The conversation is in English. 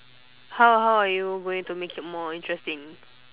how how are you going to make it more interesting